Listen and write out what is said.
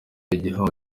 igihombo